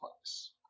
place